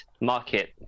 market